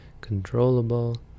controllable